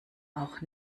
auch